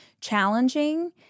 challenging